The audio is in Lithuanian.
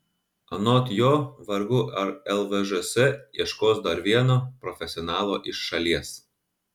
anot jo vargu ar lvžs ieškos dar vieno profesionalo iš šalies